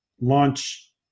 launch